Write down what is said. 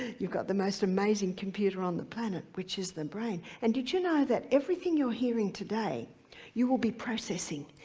you've got the most amazing computer on the planet which is the brain, and did you know that everything you're hearing today you will be processing.